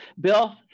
Bill